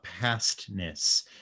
pastness